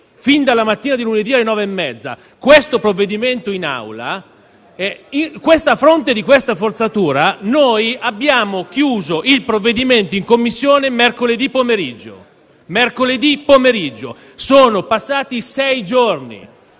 fin dalla mattina di lunedì alle 9,30 questo provvedimento in Aula. A fronte di tale forzatura, noi abbiamo chiuso il provvedimento in Commissione mercoledì pomeriggio. Mercoledì pomeriggio! Sono passati sei giorni